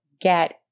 get